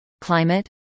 climate